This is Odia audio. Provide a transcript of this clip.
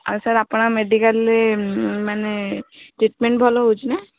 ଆଉ ସାର୍ ଆପଣଙ୍କ ମେଡ଼ିକାଲ୍ରେ ମାନେ ଟ୍ରିଟ୍ମେଣ୍ଟ୍ ଭଲ ହେଉଛି ନା